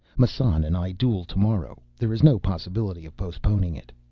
massan and i duel tomorrow. there is no possibility of postponing it.